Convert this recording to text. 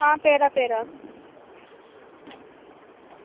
आं प्यारा प्यारा